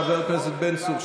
חבר הכנסת בן צור,